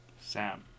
Sam